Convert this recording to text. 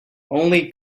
only